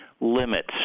limits